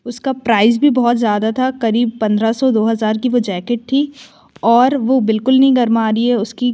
उसका प्राइज भी बहुत ज़्यादा था करीब पंद्रह सौ दो हज़ार की वह जैकेट थी और वह बिल्कुल नहीं गर्मा रही है उसकी